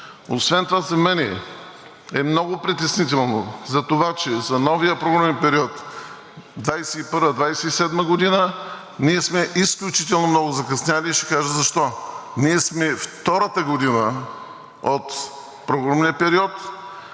Освен това за мен е много притеснително, че за новия програмен период 2021 – 2027 г. сме изключително много закъснели, и ще кажа защо. Ние сме във втората година от програмния период.